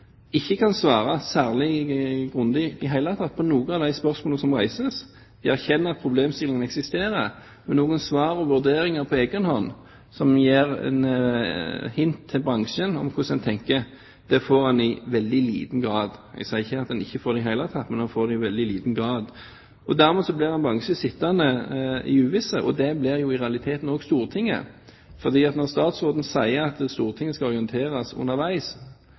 ikke kan svare særlig grundig på de spørsmålene som reises. De erkjenner at problemstillingen eksisterer, men noen svar og vurderinger på egen hånd som gir et hint til bransjen om hvordan en tenker, får en i veldig liten grad – jeg sier ikke at en ikke får det i det hele tatt, men en får det i veldig liten grad. Dermed blir bransjen sittende i uvisse. Det blir i realiteten også Stortinget, for selv om statsråden har sagt at Stortinget skal orienteres underveis,